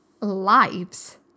lives